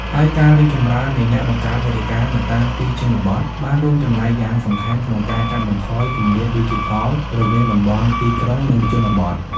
ហើយការរីកចម្រើននៃអ្នកបង្កើតមាតិកានៅតាមទីជនបទបានរួមចំណែកយ៉ាងសំខាន់ក្នុងការកាត់បន្ថយគម្លាតឌីជីថលរវាងតំបន់ទីក្រុង និងជនបទ។